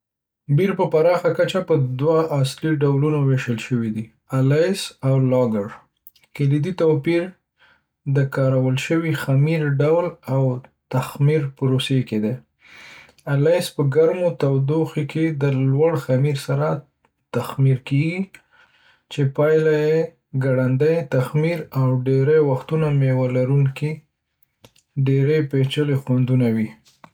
بیر په پراخه کچه په دوه اصلي ډولونو ویشل شوي دي: الیس او لاګر. کلیدي توپیر د کارول شوي خمیر ډول او تخمير پروسې کې دی. الیس په ګرمو تودوخې کې د لوړ خمیر سره تخمير کیږي، چې پایله یې ګړندی تخمير او ډیری وختونه میوه لرونکي، ډیر پیچلي خوندونه وي.